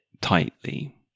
tightly